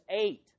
eight